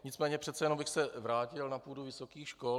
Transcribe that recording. Nicméně přece jenom bych se vrátil na půdu vysokých škol.